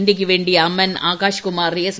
ഇന്ത്യയ്ക്കു വേണ്ടി അമൻ ആകാശ്കുമാർ എസ്